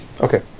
Okay